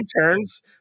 interns